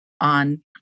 on